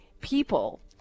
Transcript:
people